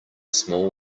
small